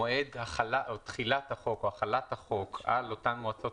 מועד תחילת החוק או החלת החוק על אותן מועצות